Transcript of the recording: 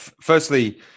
firstly